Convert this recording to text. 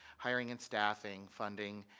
hireing and staffing, funding,